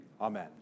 amen